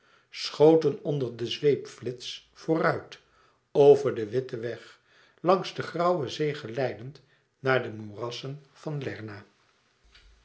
schoten onder den zweepflits vooruit over den witten weg langs de grauwe zee geleidend naar de moerassen van lerna